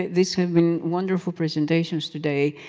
this has been wonderful presentations today.